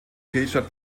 fehlstart